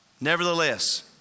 Nevertheless